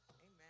Amen